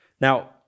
now